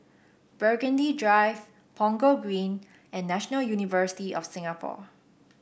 Burgundy Drive Punggol Green and National University of Singapore